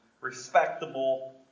respectable